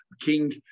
king